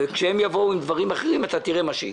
כשהם יבואו עם דברים אחרים, אתה תראה מה שיקרה.